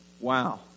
Wow